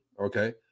okay